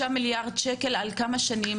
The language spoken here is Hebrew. על כמה שנים?